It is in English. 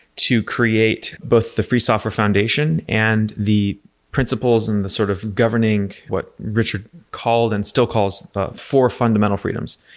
to create both the free software foundation and the principles and the sort of governing what richard called and still calls the four fundamental freedoms.